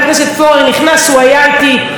הוא היה איתי בפאנל הזה,